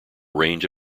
range